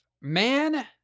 man